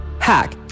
Hack